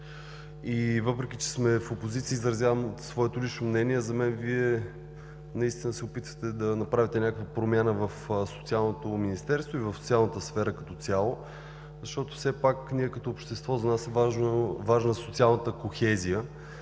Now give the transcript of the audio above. Въпреки че сме в опозиция, изразявам своето лично мнение. За мен Вие наистина се опитвате да направите някаква промяна в Социалното министерство, и в социалната сфера като цяло. Все пак ние като общество и за нас е важна социалната кохезия